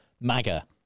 MAGA